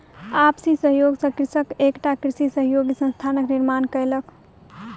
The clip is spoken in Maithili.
आपसी सहयोग सॅ कृषक एकटा कृषि सहयोगी संस्थानक निर्माण कयलक